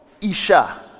Isha